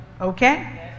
okay